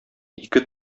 ике